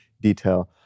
detail